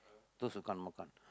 those who can't makan